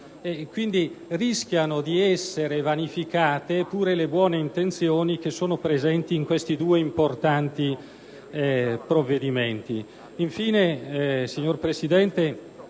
Quindi, rischiano di essere vanificate pure le buone intenzioni che sono presenti in questi due importanti provvedimenti.